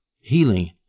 healing